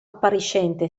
appariscente